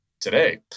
today